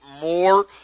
more